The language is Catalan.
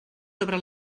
sobre